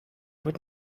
would